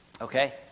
Okay